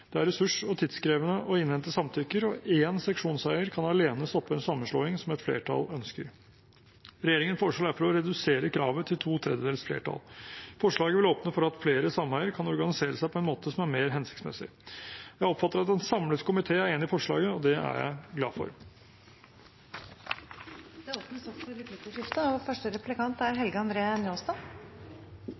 Det er ressurs- og tidkrevende å innhente samtykker, og én seksjonseier kan alene stoppe en sammenslåing som et flertall ønsker. Regjeringen foreslår derfor å redusere kravet til to tredjedels flertall. Forslaget vil åpne for at flere sameier kan organisere seg på en måte som er mer hensiktsmessig. Jeg oppfatter at en samlet komité er enig i forslaget, og det er jeg glad for. Det blir replikkordskifte.